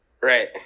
Right